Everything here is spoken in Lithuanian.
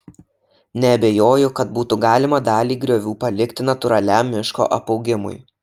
neabejoju kad būtų galima dalį griovių palikti natūraliam miško apaugimui